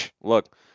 look